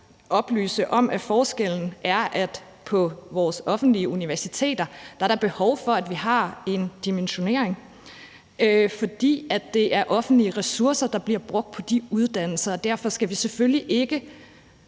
oplyse om, at forskellen er, at der på vores offentlige universiteter er behov for, at vi har en dimensionering, fordi det er offentlige ressourcer, der bliver brugt på de uddannelser. Derfor skal vi selvfølgelig ikke